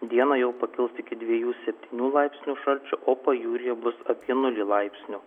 dieną jau pakils iki dviejų septynių laipsnių šalčio o pajūryje bus apie nulį laipsnių